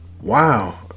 wow